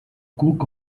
cook